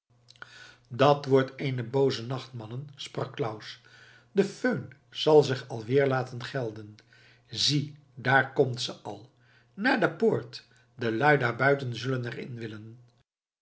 dat wordt een booze nacht mannen sprak claus de föhn zal zich alweer laten gelden zie daar komt ze al naar de poort de luî daar buiten zullen er in willen